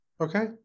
Okay